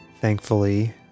Thankfully